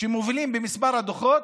שמובילים במספר הדוחות,